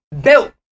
Built